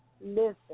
Listen